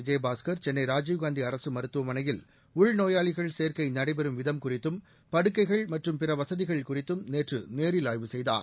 விஜயபாஸ்கர் சென்னை ராஜீவ்காந்தி அரசு மருத்துவமனையில் உள்நோயாளிகள் சேர்க்கை நடைபெறும் விதம் குறித்தும் படுக்கைகள் மற்றும் பிற வசதிகள் குறித்தும் நேற்று நேரில் ஆய்வு செய்தார்